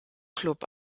club